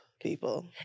people